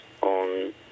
on